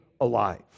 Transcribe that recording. alive